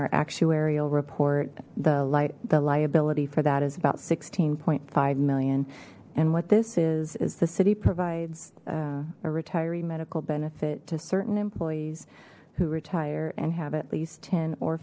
our actuarial report the light the liability for that is about sixteen point five million and what this is is the city provides a retiree medical benefit to certain employees who retire and have at least ten or